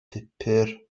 pupur